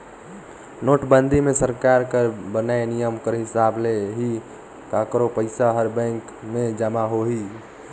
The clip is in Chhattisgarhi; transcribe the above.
नोटबंदी मे सरकार कर बनाय नियम कर हिसाब ले ही काकरो पइसा हर बेंक में जमा होही